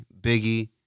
Biggie